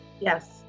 Yes